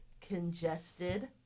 congested